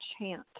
chant